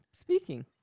speaking